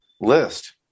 list